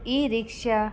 E rickshaw